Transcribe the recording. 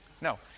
No